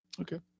Okay